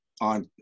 on